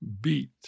Beat